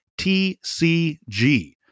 TCG